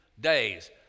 days